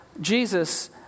Jesus